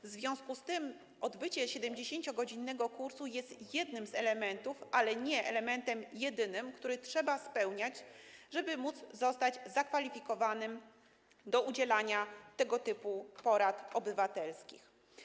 W związku z tym odbycie 70-godzinnego kursu jest jednym z elementów, ale nie jedynym elementem, który trzeba spełnić, żeby zostać zakwalifikowanym do udzielania tego typu porad obywatelskich.